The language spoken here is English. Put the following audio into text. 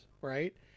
right